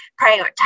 prioritize